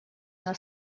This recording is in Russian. она